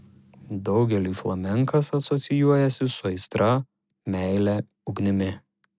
daugeliui flamenkas asocijuojasi su aistra meile ugnimi